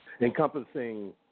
Encompassing